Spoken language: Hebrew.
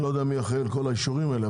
אני לא יודע מי אחראי על כל האישורים האלה,